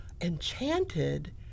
enchanted